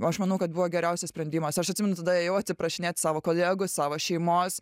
o aš manau kad buvo geriausias sprendimas aš atsimenu tada ėjau atsiprašinėt savo kolegų savo šeimos